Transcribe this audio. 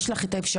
יש לך אפשרויות?